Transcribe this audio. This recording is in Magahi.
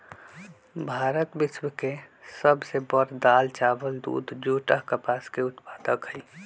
भारत विश्व के सब से बड़ दाल, चावल, दूध, जुट आ कपास के उत्पादक हई